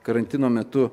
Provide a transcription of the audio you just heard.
karantino metu